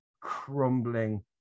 crumbling